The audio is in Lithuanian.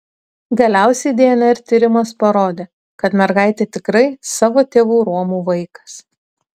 galiausiai dnr tyrimas parodė kad mergaitė tikrai savo tėvų romų vaikas